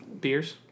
Beers